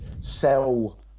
sell